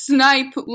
Snipe